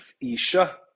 isha